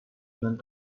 ulang